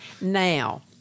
Now